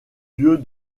lieu